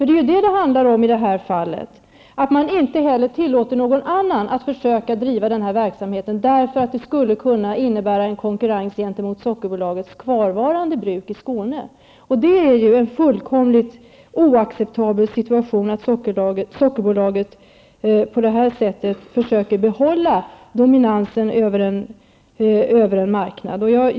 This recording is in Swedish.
Det är ju vad det handlar om i det här fallet -- man tillåter inte heller någon annan att försöka driva den här verksamheten, därför att det skulle kunna innebära en konkurrens med Sockerbolagets kvarvarande bruk i Skåne. Det är en fullkomligt oacceptabel situation att Sockerbolaget på det här sättet försöker behålla dominansen över en marknad.